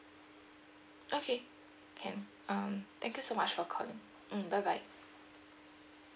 okay can um thank you so much for calling mm bye bye